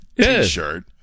T-shirt